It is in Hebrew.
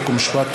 חוק ומשפט.